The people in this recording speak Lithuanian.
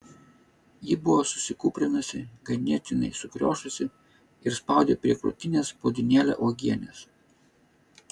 ji buvo susikūprinusi ganėtinai sukriošusi ir spaudė prie krūtinės puodynėlę uogienės